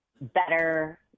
better